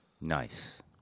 Nice